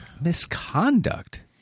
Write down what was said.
Misconduct